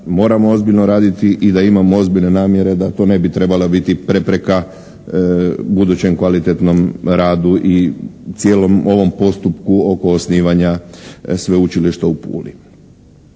moramo ozbiljno raditi i da imamo ozbiljne namjere da to ne bi trebala biti prepreka budućem kvalitetnom radu i cijelom ovom postupku oko osnivanja Sveučilišta u Puli.